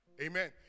Amen